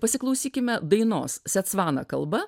pasiklausykime dainos setsvana kalba